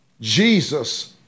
Jesus